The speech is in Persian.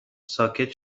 ساکت